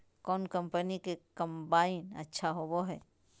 कौन कंपनी के कम्बाइन अच्छा होबो हइ?